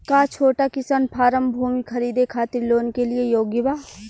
का छोटा किसान फारम भूमि खरीदे खातिर लोन के लिए योग्य बा?